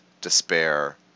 despair